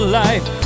life